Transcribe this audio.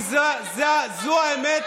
כי זו האמת,